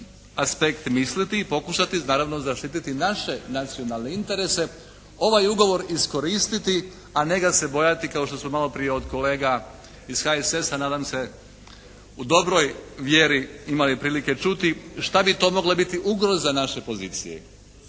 aspekt misliti i pokušati naravno zaštititi naše nacionalne interese. Ovaj ugovor iskoristiti a ne ga se bojati kao što smo malo prije od kolega iz HSS-a, nadam se u dobroj vjeri imali prilike čuti šta bi to mogla biti ugroza naše pozicije.